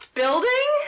building